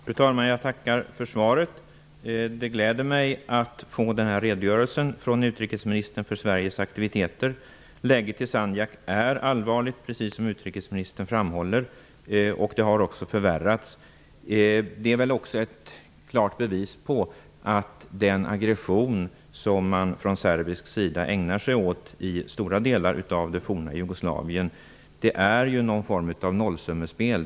Fru talman! Jag tackar för svaret. Det gläder mig att få den här redogörelsen för Sveriges aktiviteter från utrikesministern. Läget i Sandjak är allvarligt, precis som utrikesministern framhåller. Det har också förvärrats. Det är ett klart bevis på att den agression som man från serbisk sida ägnar sig åt i stora delar av det forna Jugoslavien är någon form av nollsummespel.